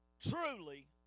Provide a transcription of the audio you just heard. truly